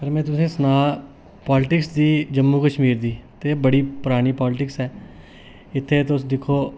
में तुसेंगी सना पालटिक्स दी जम्मू कश्मीर दी ते एह् बड़ी परानी पालटिक्स ऐ इत्थे तुस दिक्खो